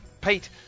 Pete